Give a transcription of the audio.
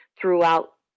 throughout